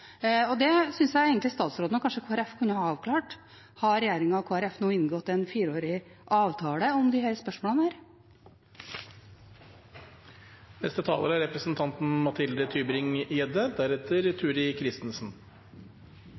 dette. Da synes jeg egentlig statsråden og kanskje Kristelig Folkeparti kunne ha avklart: Har regjeringen og Kristelig Folkeparti nå inngått en fireårig avtale om disse spørsmålene?